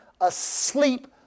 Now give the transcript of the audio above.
asleep